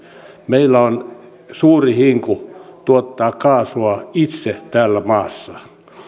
meillä on suuri hinku tuottaa kaasua itse tässä maassa